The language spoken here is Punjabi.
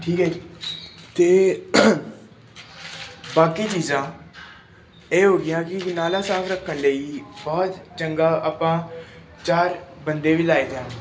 ਠੀਕ ਹੈ ਅਤੇ ਬਾਕੀ ਚੀਜ਼ਾਂ ਇਹ ਹੋ ਗਈਆਂ ਕਿ ਨਾਲਾ ਸਾਫ ਰੱਖਣ ਲਈ ਬਹੁਤ ਚੰਗਾ ਆਪਾਂ ਚਾਰ ਬੰਦੇ ਵੀ ਲਾਏ ਜਾਣ